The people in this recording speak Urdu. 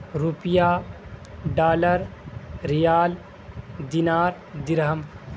روپیہ ڈالر ریال دینار درہم